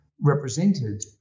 represented